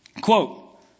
quote